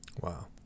Wow